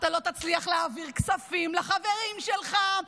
אתה לא תצליח להעביר כספים לחברים שלך,